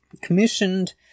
commissioned